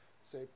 say